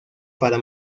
para